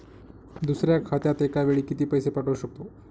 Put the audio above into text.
दुसऱ्या खात्यात एका वेळी किती पैसे पाठवू शकतो?